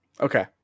Okay